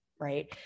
right